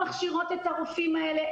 מכשירות את הרופאים האלה,